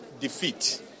defeat